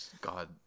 God